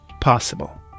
possible